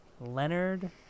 Leonard